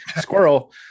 Squirrel